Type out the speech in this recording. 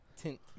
tint